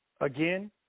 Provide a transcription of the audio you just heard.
again